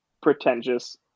pretentious